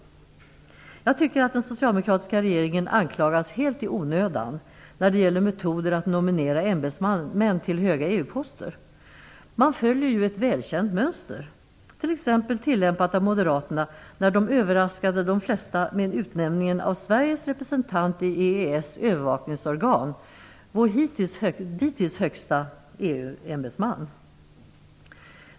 Jag tycker att den socialdemokratiska regeringen har anklagats helt i onödan vad gäller metoderna att nominera ämbetsmän till höga EU-poster. Man följer ju ett välkänt mönster, t.ex. tillämpat av Moderaterna när de överraskade de flesta med utnämningen av Sveriges representant i EES övervakningsorgan, vår dittills högsta EU-ämbetsman.